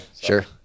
Sure